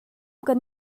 kan